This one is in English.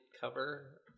cover